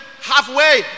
Halfway